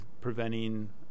preventing